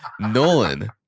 nolan